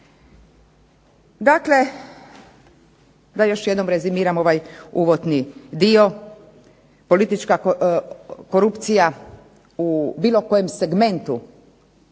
Dakle, da još jednom rezimiram ovaj uvodni dio, politička korupcija u bilo kojem segmentu